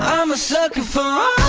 i'm a sucker for